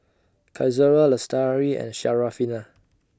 Qaisara Lestari and Syarafina